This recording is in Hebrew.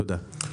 תודה.